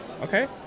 Okay